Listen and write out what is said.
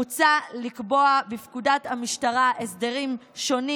מוצע לקבוע בפקודת המשטרה הסדרים שונים